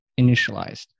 initialized